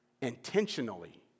intentionally